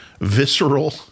visceral